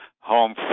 home